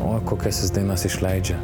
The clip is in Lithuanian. o kokias jis dainas išleidžia